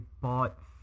bought